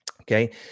Okay